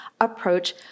approach